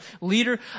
leader